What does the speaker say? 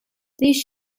these